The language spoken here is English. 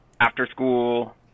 after-school